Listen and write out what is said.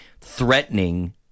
threatening